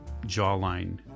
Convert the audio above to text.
jawline